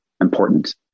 important